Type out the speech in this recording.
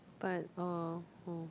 but oh